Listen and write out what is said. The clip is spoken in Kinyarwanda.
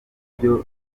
buryo